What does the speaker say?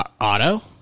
Auto